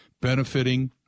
benefiting